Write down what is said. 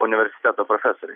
universiteto profesoriai